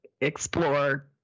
explore